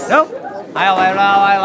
Nope